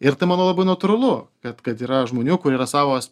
ir tai manau labai natūralu kad kad yra žmonių kur yra savos